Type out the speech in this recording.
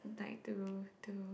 like to to